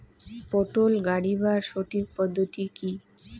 পটল গারিবার সঠিক পদ্ধতি কি?